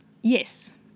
yes